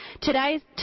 Today